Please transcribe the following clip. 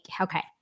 Okay